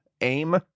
aim